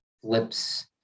flips